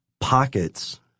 pockets